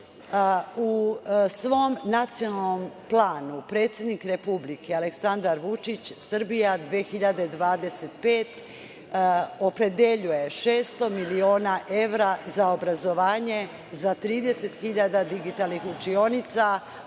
svom nacionalnom planu predsednik Republike Aleksandar Vučić „Srbija 2025“ opredeljuje 600 miliona evra za obrazovanje za 30.000 digitalnih učionica,